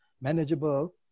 manageable